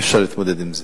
אי-אפשר להתמודד עם זה.